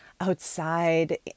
outside